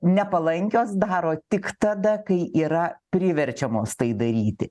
nepalankios daro tik tada kai yra priverčiamos tai daryti